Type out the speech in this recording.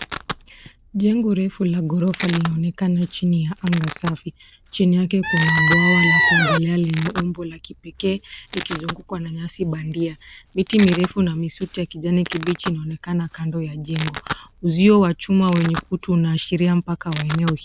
Jengo refu la ghorofa linaonekana chini ya anga safi. Chini yake kuna bwawa la kuogelea lenye umbo la kipekee likizungukwa na nyasi bandia. Miti ni refu na misuti ya kijani kibichi inaonekana kando ya jengo. Uzio wa chuma wenye kutu unaashiria mpaka wa eneo hii.